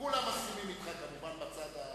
וכולם מסכימים אתך כמובן בצד השני,